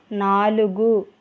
నాలుగు